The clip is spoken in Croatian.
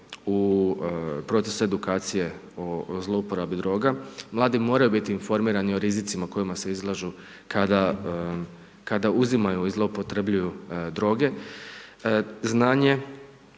u proces edukacije o zlouporabi droga, mladi moraju biti informirani o rizicima kojima se izlažu kada uzimaju i zloupotrjebljavaju droge. Znanje